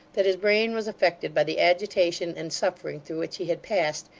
that his brain was affected by the agitation and suffering through which he had passed,